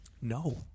No